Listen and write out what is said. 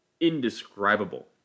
indescribable